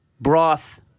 broth